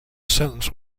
sentence